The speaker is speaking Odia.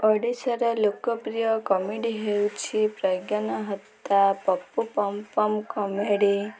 ଓଡ଼ିଶାର ଲୋକପ୍ରିୟ କମେଡ଼ି ହେଉଛି ପ୍ରଜ୍ଞାନ ହତା ପପୁ ପମ୍ପମ୍ କମେଡ଼ି